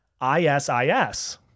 ISIS